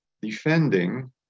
defending